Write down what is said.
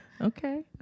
Okay